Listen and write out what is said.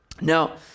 now